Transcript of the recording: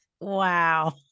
Wow